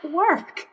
work